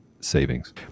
savings